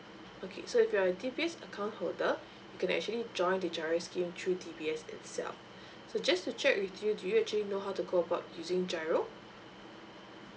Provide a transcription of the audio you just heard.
okay so if you're a D_B_S account holder you can actually join the giro scheme through D_B_S itself so just to check with you do you actually know how to go about using giro